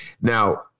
Now